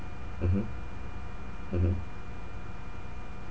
mmhmm mmhmm